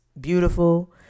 beautiful